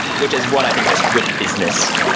which is what i think just good business,